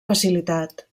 facilitat